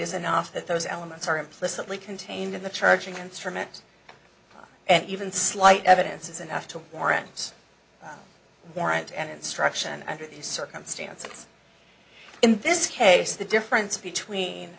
enough that those elements are implicitly contained in the charging instrument and even slight evidence is enough to warrants warrant an instruction under the circumstances in this case the difference between